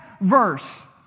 verse